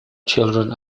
children